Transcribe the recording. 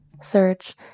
Search